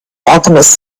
alchemist